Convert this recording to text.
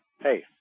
Hey